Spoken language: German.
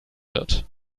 wird